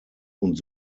und